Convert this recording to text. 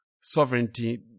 sovereignty